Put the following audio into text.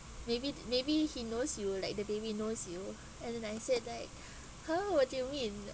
maybe maybe he knows you like the baby knows you and then I said like !huh! what do you mean